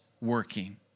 working